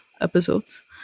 episodes